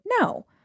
No